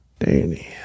Danny